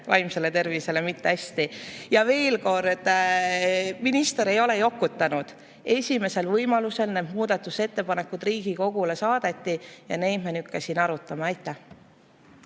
vaimsele tervisele. Veel kord: minister ei ole jokutanud. Esimesel võimalusel need muudatusettepanekud Riigikogule saadeti ja nüüd me neid siin ka arutame. Aitäh!